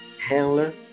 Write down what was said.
handler